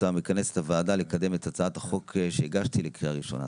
שאתה מכנס את הוועדה לקדם את הצעת החוק שהגשתי לקריאה ראשונה.